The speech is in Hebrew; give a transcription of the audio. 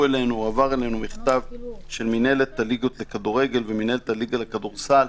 הועבר אלינו מכתב של מינהלת הליגות לכדורגל ומינהלת הליגה לכדורסל,